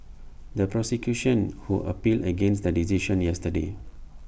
the prosecution who appealed against the decision yesterday